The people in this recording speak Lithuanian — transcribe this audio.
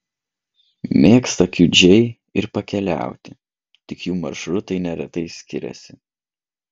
mėgsta kiudžiai ir pakeliauti tik jų maršrutai neretai skiriasi